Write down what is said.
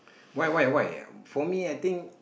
why why why for me I think